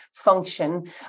function